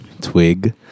Twig